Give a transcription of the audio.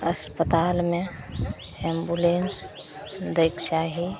अस्पतालमे एम्बुलेन्स दैके चाही